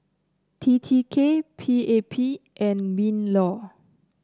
T T K P A P and Minlaw